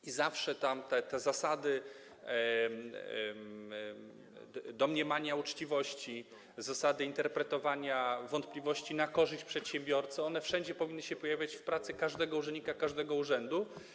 I zawsze zasady domniemania uczciwości, zasady interpretowania wątpliwości na korzyść przedsiębiorcy wszędzie powinny się pojawiać w pracy każdego urzędnika, każdego urzędu.